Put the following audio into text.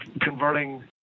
converting